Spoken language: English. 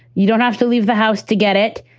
you don't have to leave the house to get it.